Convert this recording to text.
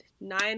Nine